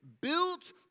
Built